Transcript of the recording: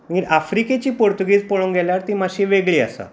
मागीर आफ्रिकेची पुर्तुगेज पळोवंक गेल्यार ती मातशी वेगळी आसा